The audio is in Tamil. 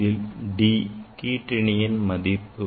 இதில் d கிற்றிணியின் மதிப்பாகும்